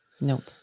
Nope